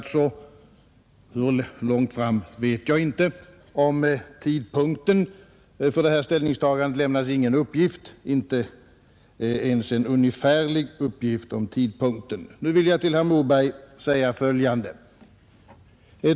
Och hur länge detta dröjer, vet jag inte. Om tidpunkten för detta ställningstagande lämnas inte ens en ungefärlig uppgift. Nu vill jag till herr Moberg säga följande.